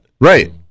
Right